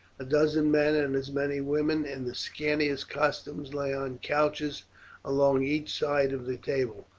a dozen men and as many women, in the scantiest costumes, lay on couches along each side of the table.